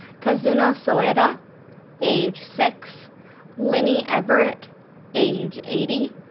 kazuno soeda age six linnie everett age eighty,